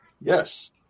Yes